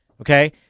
okay